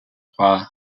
roi